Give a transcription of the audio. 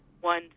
one